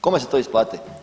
Kome se to isplati?